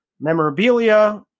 memorabilia